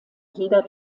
jeder